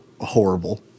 horrible